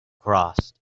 crossed